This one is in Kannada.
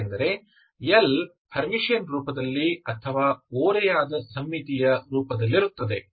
ಏಕೆಂದರೆ L ಹರ್ಮಿಟಿಯನ್ ರೂಪದಲ್ಲಿ ಅಥವಾ ಓರೆಯಾದ ಸಮ್ಮಿತೀಯ ರೂಪದಲ್ಲಿರುತ್ತದೆ